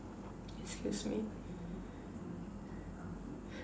excuse me